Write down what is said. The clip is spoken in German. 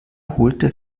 holte